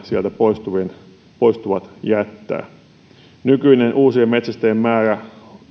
sieltä poistuvat poistuvat jättävät nykyinen uusien metsästäjien määrä